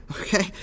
Okay